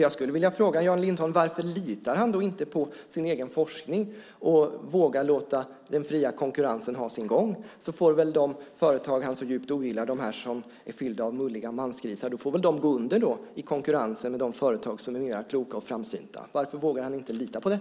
Jag skulle vilja fråga Jan Lindholm varför han inte litar på sin egen forskning och vågar låta den fria konkurrensen ha sin gång. De företag han så djupt ogillar, de som är fyllda av mulliga mansgrisar, får väl gå under i konkurrensen med de företag som är klokare och mer framsynta. Varför vågar han inte lita på det?